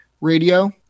radio